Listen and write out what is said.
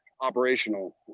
operational